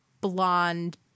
blonde